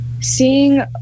seeing